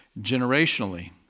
generationally